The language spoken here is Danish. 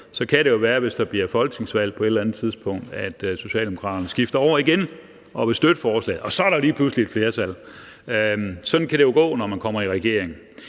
kan det jo være, hvis der bliver folketingsvalg på et eller andet tidspunkt, at Socialdemokraterne skifter over igen og vil støtte forslaget, og så er der lige pludselig er et flertal. Sådan kan det jo gå, når man kommer i regering.